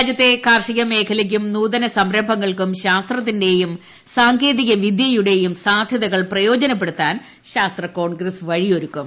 രാജ്യത്തെ കാർഷിക മേഖലയ്ക്കും നൂതന സംരംഭങ്ങൾക്കും ശാസ്ത്രത്തിന്റെയും സാങ്കേതിക വിദൃയുടെയും സാധൃതകൾ പ്രയോജനപ്പെടുത്താൻ ശാസ്ത്ര കോൺഗ്രസ് വഴി ഒരുക്കും